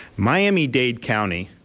miami-dade county,